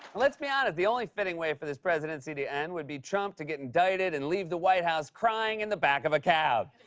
let's be honest the only fitting way for this presidency to end would be trump to get indicted and leave the white house crying in the back of a cab.